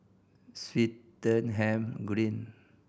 Swettenham Green